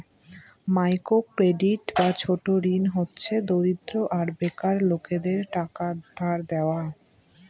micro credit বা ছোট ঋণ হচ্ছে দরিদ্র আর বেকার লোকেদের টাকা ধার দেওয়া